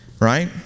right